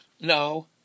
No